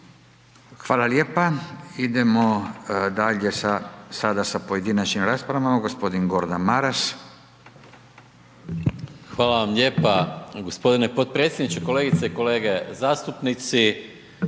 Hvala lijepa. Idemo dalje sada sa pojedinačnim raspravama, g. Gordan Maras. **Maras, Gordan (SDP)** Hvala vam lijepa g. potpredsjedniče. Kolegice i kolege zastupnici.